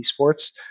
esports